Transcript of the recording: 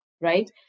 right